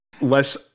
less